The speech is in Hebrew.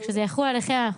כשזה יחול עליכם,